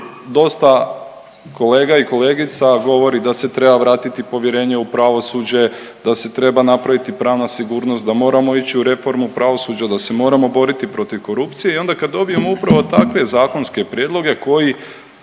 dosta kolega i kolegica govori da se treba vratiti povjerenje u pravosuđe, da se treba napraviti pravna sigurnost, da moramo ići u reformu pravosuđa, da se moramo boriti protiv korupcije i onda kada dobijemo upravo takve zakonske prijedloge koji